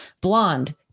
blonde